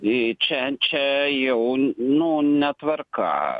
ir čia čia jau nu netvarka